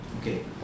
Okay